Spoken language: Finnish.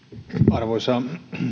arvoisa